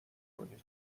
کنید